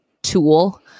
tool